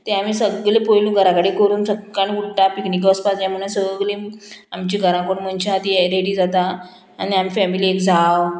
ते आमी सगले पयलू घरा कडेन करून सक्काळी उठ्ठा पिकनीके वचपा जाय म्हणून आनी सगलीं आमचीं घरां कोण मनशां तीं रेडी जाता आनी आमचे फॅमिलींत एक जाव